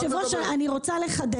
היושב ראש, אני רוצה לחדד.